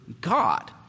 God